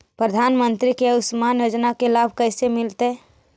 प्रधानमंत्री के आयुषमान योजना के लाभ कैसे मिलतै?